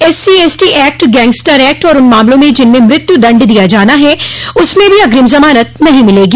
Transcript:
एससोएसटी act gangster act और उन मामलों में जिनमें मृत्यू दंड दिया जाना है उसमें भी अग्रिम जमानत नहीं मिलेगी